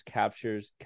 captures